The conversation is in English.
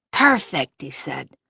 perfect, he said.